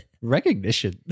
recognition